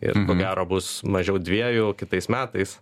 ir ko gero bus mažiau dviejų kitais metais